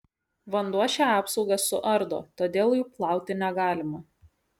vanduo šią apsaugą suardo todėl jų plauti negalima